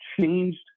changed